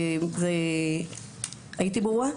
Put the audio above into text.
הייתי ברורה?